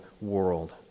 world